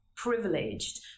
privileged